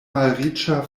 malriĉa